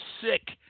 sick